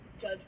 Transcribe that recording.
judge